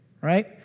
Right